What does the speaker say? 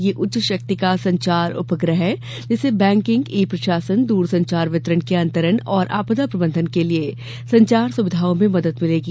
यह उच्च शक्ति का संचार उपग्रह है जिससे बैंकिंग ई प्रशासन द्रसंचार विवरण के अंतरण और आपदा प्रबन्धन के लिए संचार सुविधाओं में मदद मिलेगी